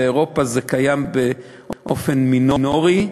באירופה זה קיים באופן מינורי,